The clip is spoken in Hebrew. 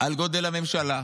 על גודל הממשלה,